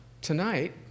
tonight